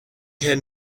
had